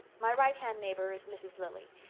my right-hand neighbor is mrs. lilly.